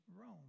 Rome